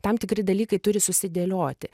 tam tikri dalykai turi susidėlioti